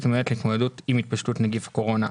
המיועדת להתמודדות עם התפשטות נגיף הקורונה.